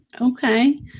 okay